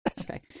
Okay